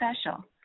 special